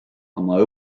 oma